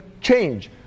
change